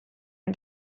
and